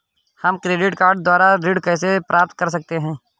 हम credit card के द्वारा ऋण कैसे प्राप्त कर सकते हैं?